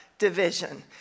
division